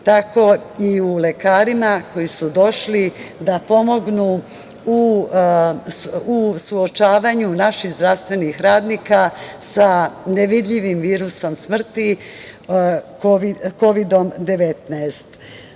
tako i u lekarima koji su došli da pomognu u suočavanju naših zdravstvenih radnika sa nevidljivim virusom smrti kovidom-19.Na